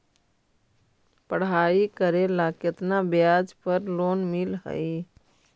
पढाई करेला केतना ब्याज पर लोन मिल हइ?